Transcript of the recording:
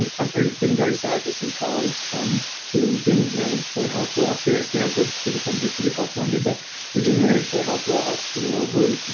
and i've been very sad to see colleagues um who didn't manage their health. well, here at stanford, people tend to be pretty health minded, but who didn't manage their health well, you know who are.